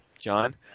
John